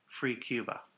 FreeCuba